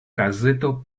gazeto